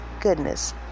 goodness